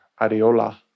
Ariola